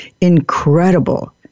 incredible